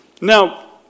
Now